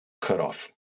cutoff